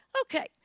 okay